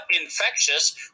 infectious